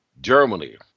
germany